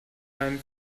meinem